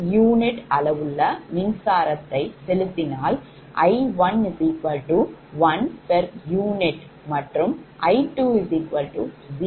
u அளவுள்ள மின்சாரத்தை செலுத்தினால் I11 pu மற்றும் I20 pu